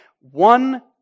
one